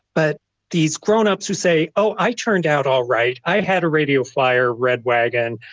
but these grown-ups who say, oh, i turned out all right, i had a radio flyer red wagon.